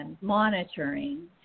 monitoring